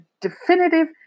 definitive